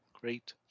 Great